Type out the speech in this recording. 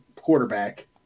Quarterback